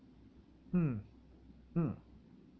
mm mm